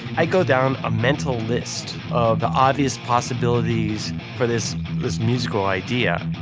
i go down a mental list of the obvious possibilities for this this musical idea.